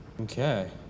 Okay